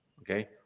okay